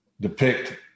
depict